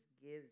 gives